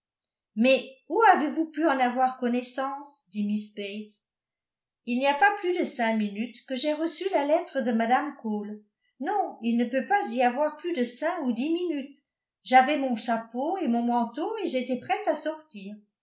mais où avez-vous pu en avoir connaissance dit miss bates il n'y a pas plus de cinq minutes que j'ai reçu la lettre de mme cole non il ne peut pas y avoir plus de cinq ou dix minutes j'avais mon chapeau et mon manteau et j'étais prête à sortir